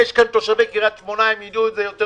יש פה תושבי קריית שמונה הם יידעו את זה טוב